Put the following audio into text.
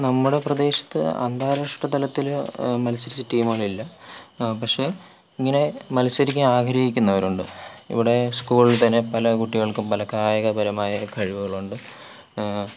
നമ്മുടെ പ്രദേശത്ത് അന്താരാഷ്ട്ര തലത്തിൽ മത്സരിച്ച ടീമുകളില്ല പക്ഷേ ഇങ്ങനെ മത്സരിക്കാൻ ആഗ്രഹിക്കുന്നവരുണ്ട് ഇവിടെ സ്കൂളിൽ തന്നെ പല കുട്ടികൾക്കും പല കായികപരമായ കഴിവുകളുണ്ട്